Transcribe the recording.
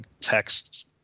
texts